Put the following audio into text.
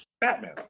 Batman